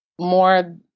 more